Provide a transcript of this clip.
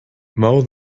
mow